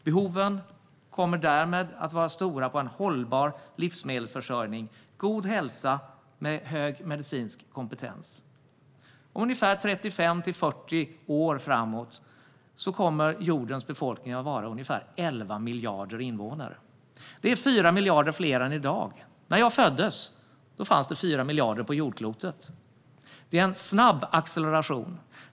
Behoven kommer därmed att vara stora av en hållbar livsmedelsförsörjning, god hälsa och hög medicinsk kompetens. Om ungefär 35-40 år kommer jordens befolkning att vara ungefär 11 miljarder invånare. Det är 4 miljarder fler än i dag. När jag föddes fanns det 4 miljarder på jordklotet. Det är en snabb acceleration.